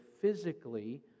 physically